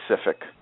specific